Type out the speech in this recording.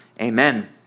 amen